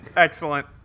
Excellent